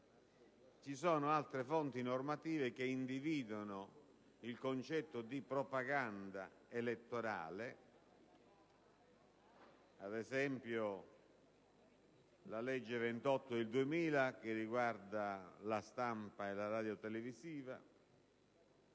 Ci sono altre fonti normative che individuano il concetto di propaganda elettorale, ad esempio la legge n. 28 del 2000, che riguarda la stampa e la trasmissione radiotelevisiva,